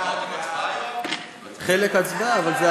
אחד מהקואליציה ואחד מהאופוזיציה.